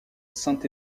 saint